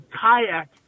kayak